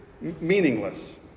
meaningless